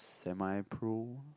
Semi-Pro